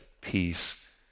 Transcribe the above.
peace